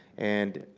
and